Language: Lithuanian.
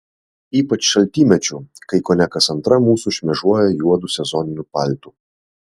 ypač šaltymečiu kai kone kas antra mūsų šmėžuoja juodu sezoniniu paltu